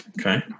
Okay